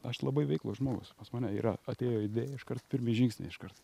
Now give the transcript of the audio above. aš labai veiklus žmogus pas mane yra atėjo idėja iškart pirmi žingsniai iškart